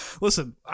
Listen